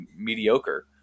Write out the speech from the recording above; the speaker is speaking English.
mediocre